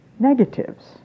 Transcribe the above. Negatives